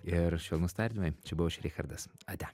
ir švelnūs tardymai čia buvau aš richardas ate